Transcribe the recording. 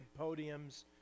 podiums